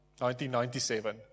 1997